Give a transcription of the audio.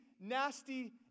nasty